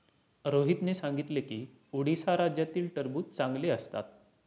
रोहितने सांगितले की उडीसा राज्यातील टरबूज चांगले असतात